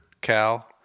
Cal